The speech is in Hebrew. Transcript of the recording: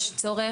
יש צורך,